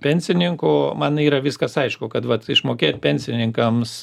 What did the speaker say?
pensininkų man yra viskas aišku kad vat išmokėt pensininkams